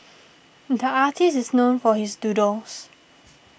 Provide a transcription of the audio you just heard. the artist is known for his doodles